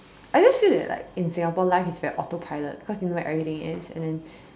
I just feel that like in Singapore life is very auto pilot cause you know where everything is and